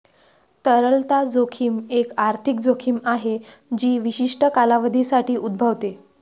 तरलता जोखीम एक आर्थिक जोखीम आहे जी विशिष्ट कालावधीसाठी उद्भवते